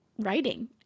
writing